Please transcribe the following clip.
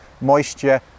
moisture